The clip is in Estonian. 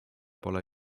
pole